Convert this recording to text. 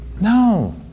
No